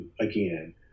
again